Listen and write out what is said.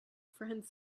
friend